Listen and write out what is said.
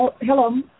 Hello